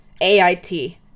AIT